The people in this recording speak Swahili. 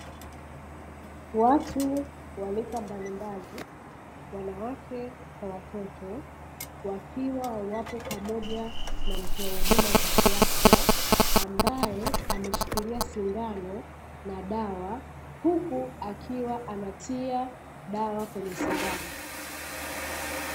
Watu wa rika mbalimbali wanawake kwa watoto wakiwa wako pamoja na mtoa huduma za kiafya, ambae ameshikilia sindano na dawa huku akiwa anatia dawa kwenye sindano.